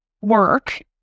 work